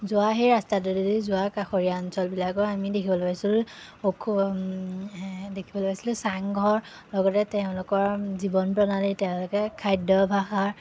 যোৱা সেই ৰাস্তাটোৱেদি যোৱা কাষৰীয়া অঞ্চলবিলাকত আমি দেখিবলৈ পাইছিলোঁ দেখিবলৈ পাইছিলোঁ চাংঘৰ লগতে তেওঁলোকৰ জীৱন প্ৰণালী তেওঁলোকৰ খাদ্যাভ্যাস